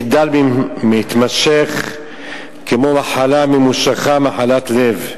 מחדל מתמשך כמו מחלה ממושכת, מחלת לב.